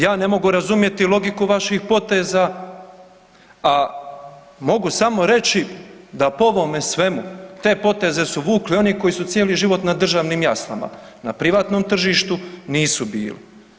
Ja ne mogu razumjeti logiku vaših poteza, a mogu samo reći da po ovome svemu, te poteze su vukli oni koji su cijeli život na državnim jaslama, na privatnom tržištu nisu bili.